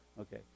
Okay